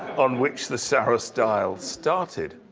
on which the saros dial started.